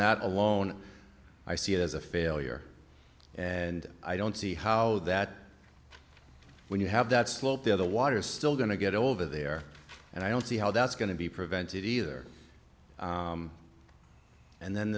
that alone i see it as a failure and i don't see how that when you have that slope in the water is still going to get over there and i don't see how that's going to be prevented either and then